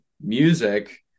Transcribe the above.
music